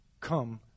Come